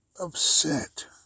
upset